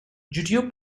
judeo